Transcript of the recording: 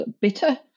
bitter